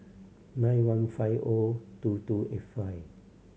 nine one five O two two eight five